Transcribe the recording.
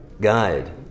Guide